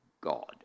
God